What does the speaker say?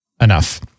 enough